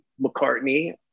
McCartney